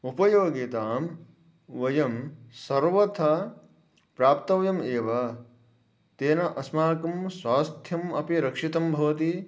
उपयोगितां वयं सर्वथा प्राप्तव्यम् एव तेन अस्माकं स्वास्थ्यम् अपि रक्षितं भवति